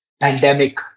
pandemic